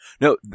No